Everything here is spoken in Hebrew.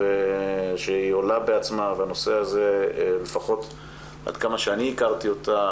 ושהיא עולה בעצמה והנושא הזה לפחות עד כמה שאני הכרתי אותה,